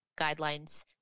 guidelines